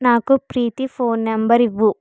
నాకు Preeti phone number ఇవ్వు